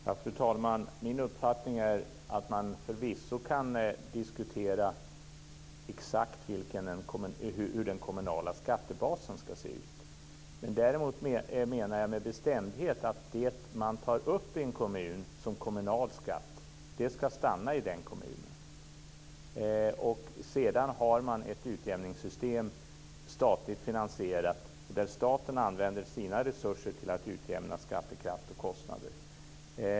Fru talman! Min uppfattning är att man förvisso kan diskutera exakt hur den kommunala skattebasen ska se ut. Det man däremot tar upp i en kommun som kommunal skatt ska, menar jag med bestämdhet, stanna i den kommunen. Sedan har man ett utjämningssystem, statligt finansierat, där staten använder sina resurser till att utjämna skattekraft och kostnader.